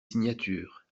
signatures